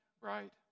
right